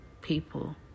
people